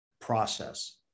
process